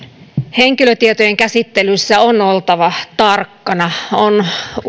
henkilötietojen käsittelyssä on oltava tarkkana on